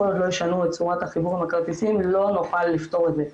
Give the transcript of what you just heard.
כל עוד לא ישנו את צורת החיבור עם הכרטיסים לא נוכל לפתור את זה.